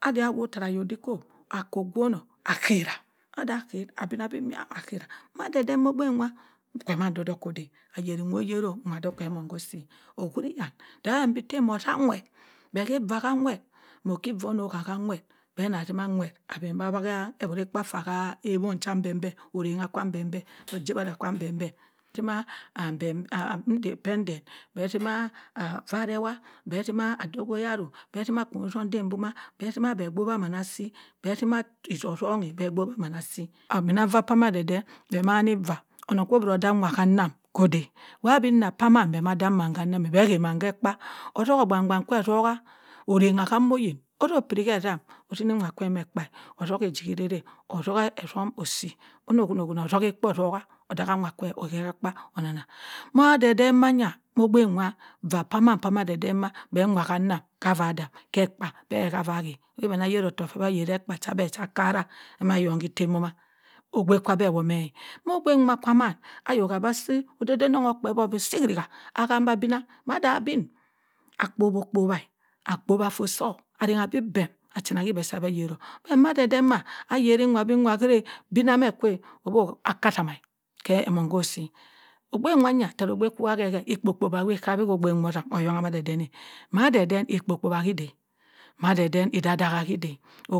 Adia woh tarah adihko akoh gwongho akehra madia keh abinah bi niam akerah madenden mah mando doh kodey aye rinwa oyero nwa mong doh koh si ohuri yan dan bi tey nwa ozam whet beh hay vah hanwhet moh ki vah zoh hawah hanwhet beh nah zah nwhet abira kah zah beh anah zinah anwhet abem ba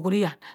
waha